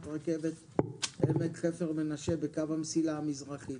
רכבת עמק חפר-מנשה בקו המסילה המזרחי.